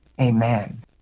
Amen